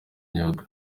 myuga